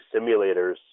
simulators